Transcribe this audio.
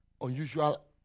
unusual